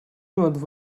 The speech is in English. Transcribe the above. not